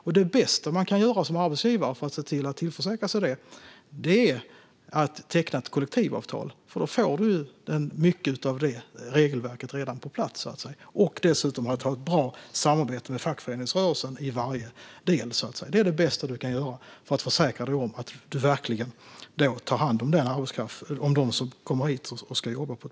Och det bästa man som arbetsgivare kan göra för att se till att tillförsäkra sig detta är att teckna ett kollektivavtal. Då får man mycket av detta regelverk redan på plats. Dessutom får man ett bra samarbete med fackföreningsrörelsen i varje del. Det är det bästa man kan göra för att försäkra sig om att man verkligen på ett bra sätt tar hand om dem som kommer hit och ska jobba.